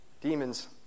Demons